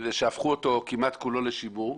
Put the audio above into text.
שהפכו כמעט את כולו לשימור,